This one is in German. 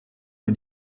nur